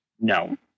No